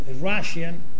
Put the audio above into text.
Russian